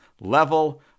level